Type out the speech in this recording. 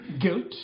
guilt